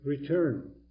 Return